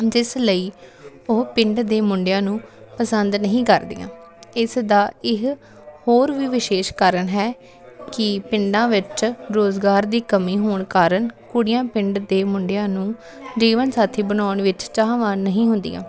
ਜਿਸ ਲਈ ਉਹ ਪਿੰਡ ਦੇ ਮੁੰਡਿਆਂ ਨੂੰ ਪਸੰਦ ਨਹੀਂ ਕਰਦੀਆਂ ਇਸ ਦਾ ਇਹ ਹੋਰ ਵੀ ਵਿਸ਼ੇਸ਼ ਕਾਰਨ ਹੈ ਕਿ ਪਿੰਡਾਂ ਵਿੱਚ ਰੁਜ਼ਗਾਰ ਦੀ ਕਮੀ ਹੋਣ ਕਾਰਨ ਕੁੜੀਆਂ ਪਿੰਡ ਦੇ ਮੁੰਡਿਆਂ ਨੂੰ ਜੀਵਨ ਸਾਥੀ ਬਣਾਉਣ ਵਿੱਚ ਚਾਹਵਾਨ ਨਹੀਂ ਹੁੰਦੀਆਂ